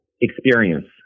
experience